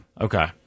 Okay